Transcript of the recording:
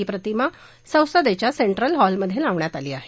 ही प्रतिमा संसदेच्या सेंट्रल हॉलमध्ये लावण्यात आली आहे